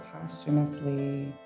posthumously